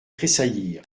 tressaillir